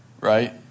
Right